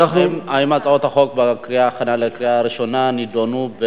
האם הצעות החוק בהכנה לקריאה הראשונה נדונו,